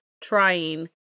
trying